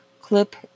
Clip